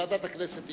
ועדת הכנסת תקבע.